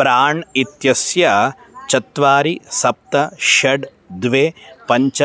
प्राण् इत्यस्य चत्वारि सप्त षट् द्वे पञ्च